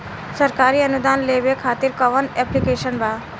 सरकारी अनुदान लेबे खातिर कवन ऐप्लिकेशन बा?